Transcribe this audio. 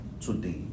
today